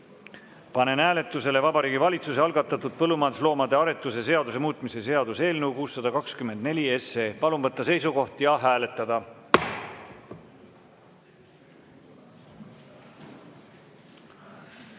panen hääletusele Vabariigi Valitsuse algatatud põllumajandusloomade aretuse seaduse muutmise seaduse eelnõu 624. Palun võtta seisukoht ja hääletada!